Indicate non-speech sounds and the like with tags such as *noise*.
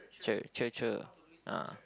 cher cher cher *noise* ah